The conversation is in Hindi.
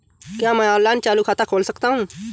क्या मैं ऑनलाइन चालू खाता खोल सकता हूँ?